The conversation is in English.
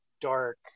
dark